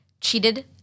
cheated